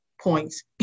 points